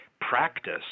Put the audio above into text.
practice